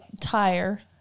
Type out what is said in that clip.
tire